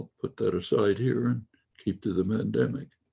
put that aside here, and keep to the. um and and like